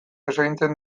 eskaintzen